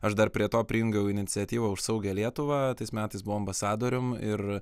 aš dar prie to prijungiau iniciatyvą už saugią lietuvą tais metais buvo ambasadorium ir